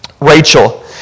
Rachel